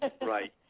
Right